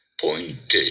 pointed